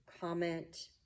comment